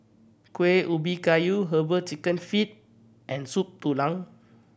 Kuih Ubi Kayu Herbal Chicken Feet and Soup Tulang